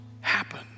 happen